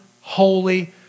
holy